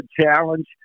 challenge